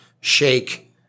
shake